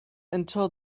until